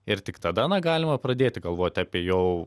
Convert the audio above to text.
ir tik tada na galima pradėti galvoti apie jau